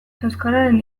euskararen